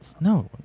No